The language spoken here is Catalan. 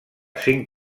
cinc